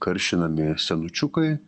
karšinami senučiukai